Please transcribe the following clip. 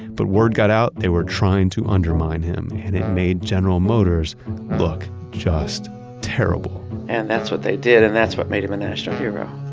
but word got out they were trying to undermine him, and it made general motors look just terrible and that's what they did and that's what made him a national hero.